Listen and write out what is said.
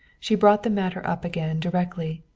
she brought the matter up again directly.